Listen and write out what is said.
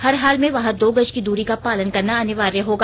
हर हाल में वहां दो गज की दूरी का पालन करना अनिवार्य होगा